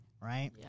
right